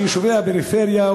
בזמן שיישובי הפריפריה,